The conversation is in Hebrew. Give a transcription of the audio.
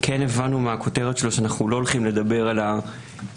כן הבנו מהכותרת שלו שאנחנו לא הולכים לדבר על האירוע